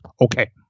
okay